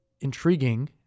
intriguing